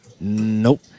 Nope